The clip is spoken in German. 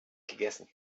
gegessen